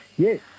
Yes